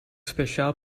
speciaal